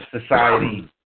society